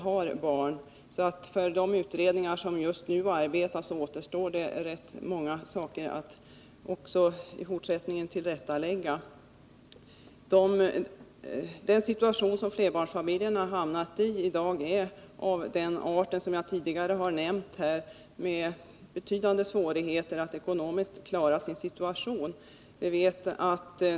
Det återstår för de utredningar som just nu arbetar rätt många saker att tillrättalägga i fortsättningen. Flerbarnsfamiljerna har i dag, som jag tidigare nämnde, betydande svårigheter att ekonomiskt klara sin situation.